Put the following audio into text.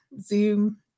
Zoom